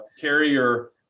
carrier